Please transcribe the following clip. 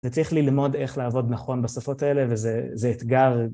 זה צריך ללמוד איך לעבוד נכון בשפות האלה, וזה אתגר.